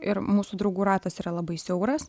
ir mūsų draugų ratas yra labai siauras